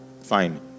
fine